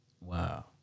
Wow